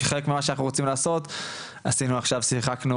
כחלק ממה שאנחנו רוצים לעשות עשינו עכשיו שיחקנו